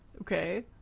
Okay